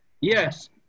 Yes